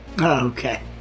Okay